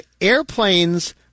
Airplanes